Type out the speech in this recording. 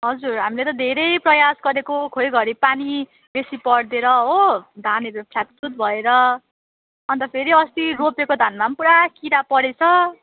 हजुर हामीले त धेरै प्रयास गरेको खोइ घरी पानी बेसी परेर हो धानहरू फलातफुलुत भएर हो अन्त फेरि अस्ति रोपेको धानमा पुरा किरा परेछ